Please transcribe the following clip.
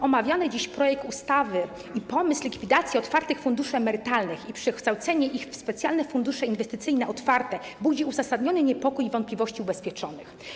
Omawiany dziś projekt ustawy i pomysł dotyczący likwidacji otwartych funduszy emerytalnych i przekształcenia ich w specjalne fundusze inwestycyjne otwarte budzą uzasadniony niepokój i wątpliwości ubezpieczonych.